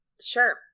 Sure